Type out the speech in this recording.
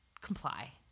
comply